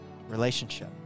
Relationship